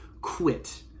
quit